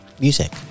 music